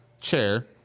Chair